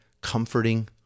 comforting